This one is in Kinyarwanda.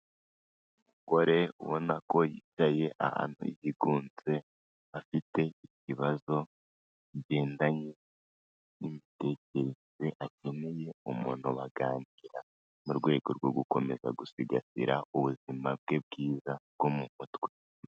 Umugore ubona ko yicaye ahantu yigunze afite ibibazo bigendanye n'imitekerereze akeneye umuntu baganira, mu rwego rwo gukomeza gusigasira ubuzima bwe bwiza bwo mu mutwe.